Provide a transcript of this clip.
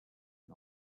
and